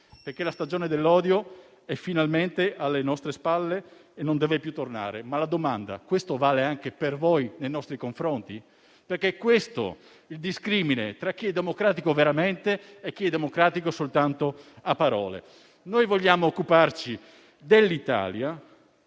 perché la stagione dell'odio è finalmente alle nostre spalle e non deve più tornare. Mi chiedo però se ciò valga anche per voi nei nostri confronti, perché questo è il discrimine tra chi è democratico veramente e chi lo è soltanto a parole. Vogliamo occuparci dell'Italia,